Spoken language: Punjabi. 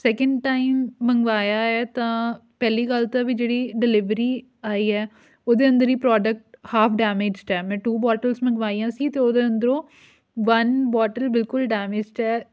ਸੈਕਿੰਡ ਟਾਈਮ ਮੰਗਵਾਇਆ ਹੈ ਤਾਂ ਪਹਿਲੀ ਗੱਲ ਤਾਂ ਵੀ ਜਿਹੜੀ ਡਿਲੀਵਰੀ ਆਈ ਹੈ ਉਹਦੇ ਅੰਦਰ ਹੀ ਪ੍ਰੋਡਕਟ ਹਾਫ ਡੈਮੇਜਡ ਹੈ ਮੈਂ ਟੂ ਬੋਟਲਸ ਮੰਗਵਾਈਆਂ ਸੀ ਅਤੇ ਉਹਦੇ ਅੰਦਰੋਂ ਵਨ ਬੋਟਲ ਬਿਲਕੁਲ ਡੈਮੇਜਡ ਹੈ